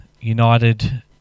United